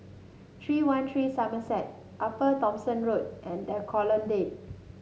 three one three Somerset Upper Thomson Road and The Colonnade